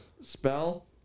Spell